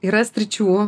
yra sričių